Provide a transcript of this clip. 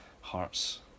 hearts